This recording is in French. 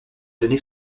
donné